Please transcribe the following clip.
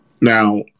Now